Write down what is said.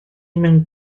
mewn